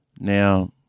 Now